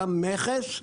גם מכס.